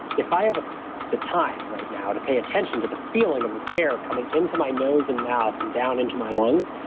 if i have ah the time right now to pay attention to the feeling of this air coming into my nose and mouth and down into my lungs,